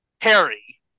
Harry